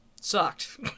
sucked